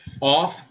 off